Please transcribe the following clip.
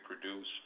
produce